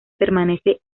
permanece